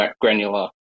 granular